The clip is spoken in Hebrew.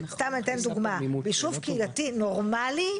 סתם אתן דוגמה: יישוב קהילתי נורמלי,